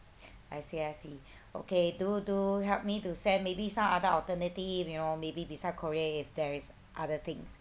I see I see okay do do help me to send maybe some other alternative you know maybe beside korea if there is other things